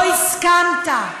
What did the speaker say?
לא הסכמת.